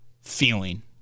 feeling